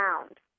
found